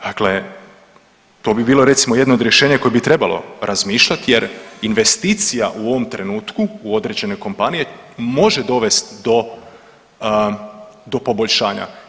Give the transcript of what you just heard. Dakle to bi bilo recimo, jedno od rješenja koje bi trebalo razmišljati jer investicija u ovom trenutku u određenoj kompaniji može dovesti do poboljšanja.